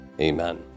Amen